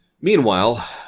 Meanwhile